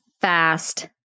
fast